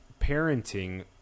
parenting